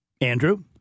Andrew